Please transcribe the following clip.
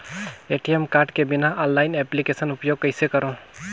ATM card के बिना online application उपयोग कइसे करो?